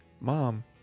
Mom